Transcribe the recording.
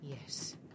Yes